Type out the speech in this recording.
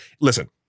Listen